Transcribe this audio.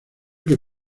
que